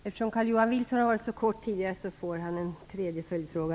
Eftersom Carl-Johan Wilson tidigare varit så kortfattad får han en tredje följdfråga.